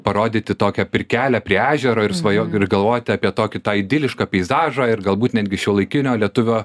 parodyti tokią pirkelę prie ežero ir svajot ir galvoti apie tokį tą idilišką peizažą ir galbūt netgi šiuolaikinio lietuvio